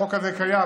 החוק הזה קיים,